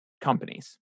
companies